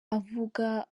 avuga